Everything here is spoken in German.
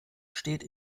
steht